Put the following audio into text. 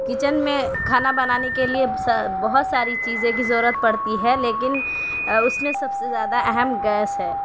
kitchen میں کھانا بنانے کے لیے بہت ساری چیزیں کی ضرورت پڑتی ہے لیکن اس میں سب سے زیادہ اہم گیس ہے